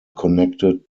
connected